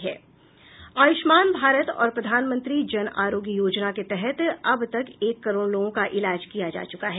आयुष्मान भारत और प्रधानमंत्री जन आरोग्य योजना के तहत अब तक एक करोड़ लोगों का इलाज किया जा चुका है